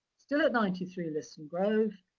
still at ninety three lisson grove.